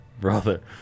Brother